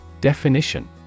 Definition